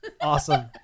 Awesome